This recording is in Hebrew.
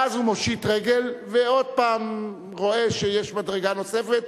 ואז הוא מושיט רגל ורואה שיש מדרגה נוספת,